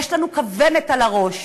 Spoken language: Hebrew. יש לנו כוונת על הראש